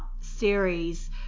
series